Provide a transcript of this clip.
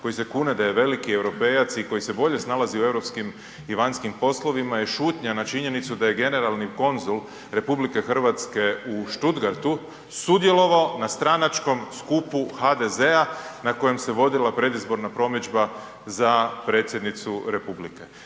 koji se kune da je veliki europejac i koji se bolje snalazi u europskim i vanjskim poslovima je šutnja na činjenicu da je generalni konzul RH u Stuttgartu sudjelovao na stranačkom skupu HDZ-a na kojem se vodila predizborna promidžba za predsjednicu RH.